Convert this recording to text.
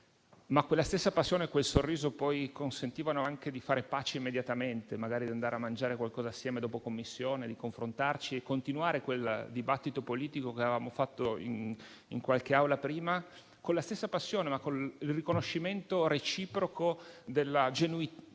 Ma quella stessa passione e quel sorriso poi consentivano anche di fare pace immediatamente, magari di andare a mangiare qualcosa assieme dopo la Commissione, di confrontarci e continuare il dibattito politico che avevamo fatto prima in qualche aula, con la stessa passione, ma con il riconoscimento reciproco della genuinità